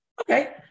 Okay